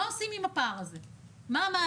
מה עושים עם הפער הזה?